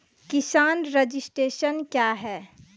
किसान रजिस्ट्रेशन क्या हैं?